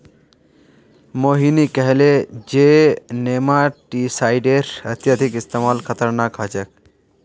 मोहिनी कहले जे नेमाटीसाइडेर अत्यधिक इस्तमाल खतरनाक ह छेक